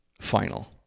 final